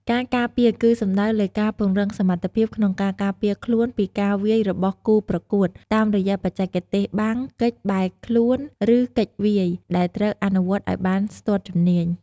ការការពារគឺសំដៅលើការ ពង្រឹងសមត្ថភាពក្នុងការការពារខ្លួនពីការវាយរបស់គូប្រកួត តាមរយៈបច្ចេកទេសបាំង គេច បែរខ្លួន ឬគេចវាយ ដែលត្រូវអនុវត្តឲ្យបានស្ទាត់ជំនាញ។